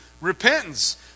Repentance